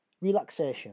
Relaxation